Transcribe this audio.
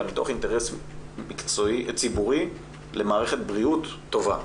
אלא מתוך אינטרס ציבורי למערכת בריאות טובה,